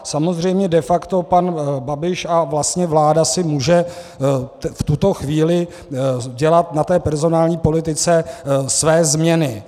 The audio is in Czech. Samozřejmě de facto pan Babiš a vlastně vláda si může v tuto chvíli dělat v personální politice své změny.